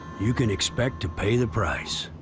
you can expect to pay the price.